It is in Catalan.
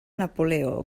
napoleó